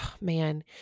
man